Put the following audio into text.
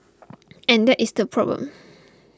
and that is the problem